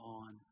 on